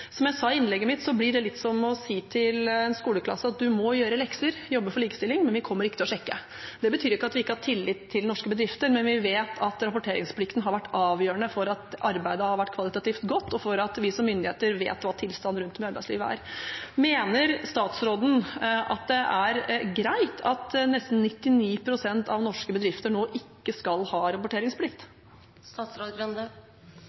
Som jeg sa i innlegget mitt, blir det litt som å si til en skoleklasse at du må gjøre lekser, jobbe for likestilling, men vi kommer ikke til å sjekke. Det betyr ikke at vi ikke har tillit til norske bedrifter, men vi vet at rapporteringsplikten har vært avgjørende for at arbeidet har vært kvalitativt godt, og for at vi som myndigheter vet hva tilstanden rundt om i arbeidslivet er. Mener statsråden at det er greit at nesten 99 pst. av norske bedrifter nå ikke skal ha